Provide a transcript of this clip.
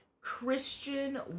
christian